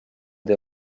des